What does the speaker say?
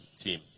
team